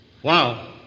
Wow